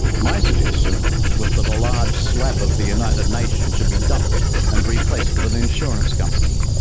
my suggestion was that a large slab of the united nations should be dumped and replaced with an insurance company,